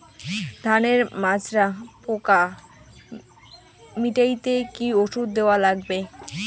ধানের মাজরা পোকা পিটাইতে কি ওষুধ দেওয়া লাগবে?